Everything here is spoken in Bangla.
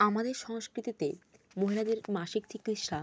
আমাদের সংস্কৃতিতে মহিলাদের মাসিক চিকিৎসা